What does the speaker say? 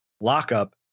Lockup